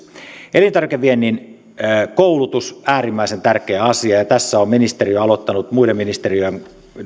elintarvikeviennin koulutus äärimmäisen tärkeä asia tässä on ministeriö aloittanut muiden ministeriöiden